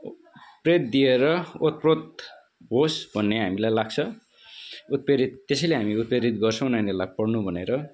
प्रेम दिएर ओतप्रोत होस् भन्ने हामीलाई लाग्छ उत्प्रेरित त्यसैले हामी उत्प्रेरित गर्छौँं नानीहरूलाई पढ्नु भनेर